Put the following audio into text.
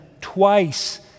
twice